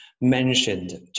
mentioned